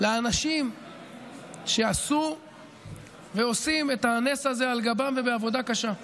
לאנשים שעשו ועושים את הנס הזה על גבם ובעבודה קשה.